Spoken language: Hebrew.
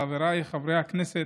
חבריי חברי הכנסת,